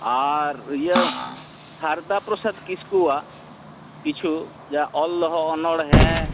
ᱟᱨ ᱤᱭᱟᱹ ᱥᱟᱨᱚᱫᱟ ᱯᱨᱟᱥᱟᱫᱽ ᱠᱤᱥᱠᱩᱣᱟᱜ ᱠᱤᱪᱷᱩ ᱡᱟᱦᱟᱸ ᱚᱞ ᱫᱚᱦᱚ ᱚᱱᱚᱬᱦᱮᱸ